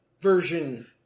version